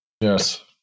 yes